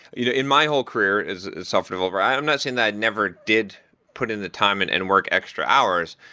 you know in my whole career as a software developer, i am not saying that i never did put in the time and and work extra hours,